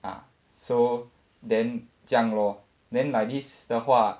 ah so then 这样 then like this 的话